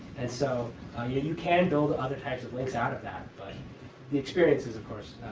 and so you can build other types of links out of that. but the experience is, of course,